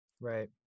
Right